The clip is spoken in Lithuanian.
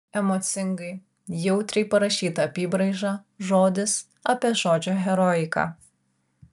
emocingai jautriai parašyta apybraiža žodis apie žodžio heroiką